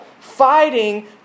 Fighting